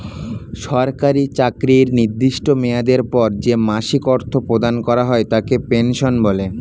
সরকারি চাকরির নির্দিষ্ট মেয়াদের পর যে মাসিক অর্থ প্রদান করা হয় তাকে পেনশন বলে